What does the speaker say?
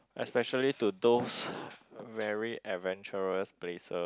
especially to those very adventurous places